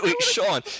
Sean